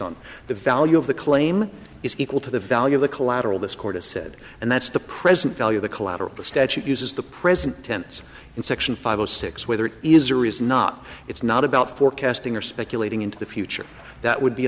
on the value of the claim is equal to the value of the collateral this court has said and that's the present value the collateral the statute uses the present tense in section five zero six whether it is or is not it's not about forecasting or speculating into the future that would be